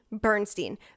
Bernstein